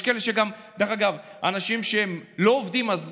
יש כאלה גם, דרך אגב, אנשים שלא עובדים, אז